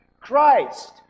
Christ